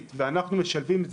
בגלל מישהו שזרק רעל,